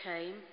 came